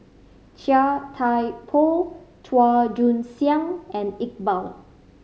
Chia Thye Poh Chua Joon Siang and Iqbal